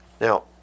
Now